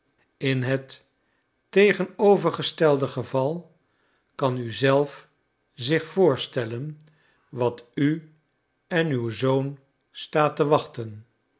in het tegenovergestelde geval kan u zelf zich voorstellen wat u en uw zoon staat te wachten